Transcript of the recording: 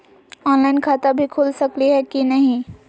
Online खाता भी खुल सकली है कि नही?